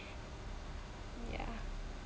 yeah